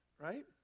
Right